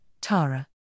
Tara